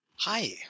Hi